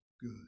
good